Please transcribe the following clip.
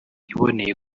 iboneye